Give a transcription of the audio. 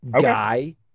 Guy